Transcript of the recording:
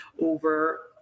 over